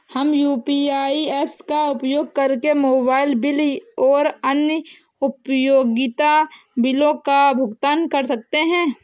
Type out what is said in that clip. हम UPI apps का उपयोग करके मोबाइल बिल और अन्य उपयोगिता बिलों का भुगतान कर सकते हैं